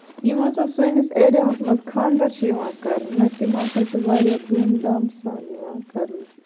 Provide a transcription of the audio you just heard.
یِم ہسا سٲنِس ایریاہَس منٛز خاندر چھِ یِوان کرنہٕ تِم ہسا چھِ واریاہ دوُم سان یِوان کرنہٕ